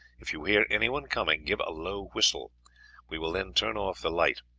if you hear anyone coming, give a low whistle we will then turn off the light.